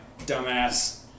dumbass